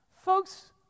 folks